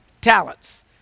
talents